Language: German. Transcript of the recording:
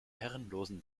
herrenlosen